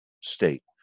state